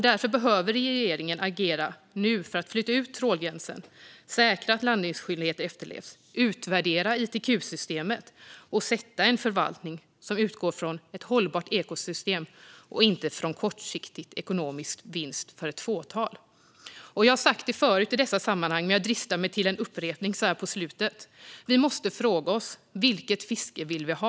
Därför behöver regeringen agera nu för att flytta ut trålgränsen, säkra att landningsskyldigheten efterlevs, utvärdera ITQ-systemet och sätta en förvaltning som utgår från ett hållbart ekosystem och inte från kortsiktig ekonomisk vinst för ett fåtal. Jag har sagt det förut i dessa sammanhang, men jag dristar mig till en upprepning så här på slutet: Vi måste fråga oss vilket fiske vi vill ha.